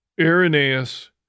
Irenaeus